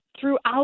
throughout